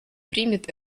примет